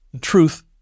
Truth